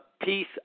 peace